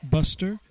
Buster